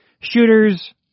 Shooters